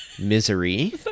Misery